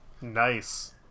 Nice